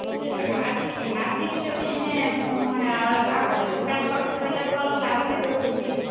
ଟିକେ ଆସିକି ଆସିକି ଯଦି ଏନେ ଆଉଗୋଟେ ଦୋକାନ କର ତୁ ଏବେ ଭଲ ଲାଭରେ ରୁହନ୍ତୁ ବି